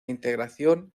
integración